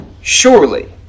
surely